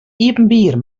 iepenbier